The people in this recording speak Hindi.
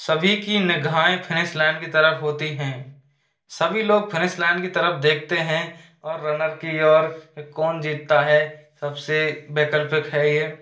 सभी की निगाहें फिनिश लाइन की तरफ होती हैं सभी लोग फिनिश लाइन की तरफ देखते हैं और रनर की ओर कौन जीतता है सबसे वैकल्पिक है यह